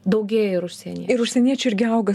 daugėja ir užsienyje ir užsieniečių irgi auga